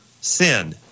sin